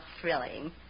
thrilling